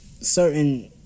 certain